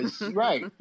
Right